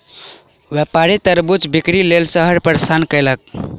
व्यापारी तरबूजक बिक्री लेल शहर प्रस्थान कयलक